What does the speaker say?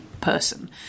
person